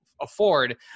afford